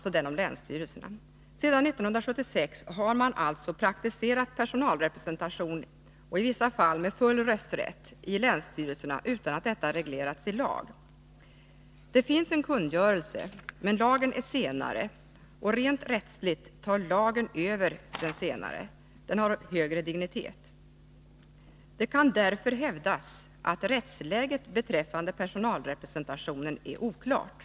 Sedan 1976 har man alltså praktiserat personalrepresentation — i vissa fall med full rösträtt — i länsstyrelserna utan att detta reglerats i lag. Det finns en kungörelse, men lagen har kommit senare, och rent rättsligt tar lagen över kungörelsen — den har högre dignitet. Det kan därför hävdas att rättsläget beträffande personalrepresentationen är oklart.